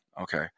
okay